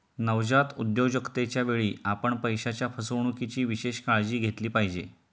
नवजात उद्योजकतेच्या वेळी, आपण पैशाच्या फसवणुकीची विशेष काळजी घेतली पाहिजे